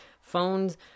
Phones